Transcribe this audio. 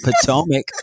potomac